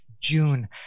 June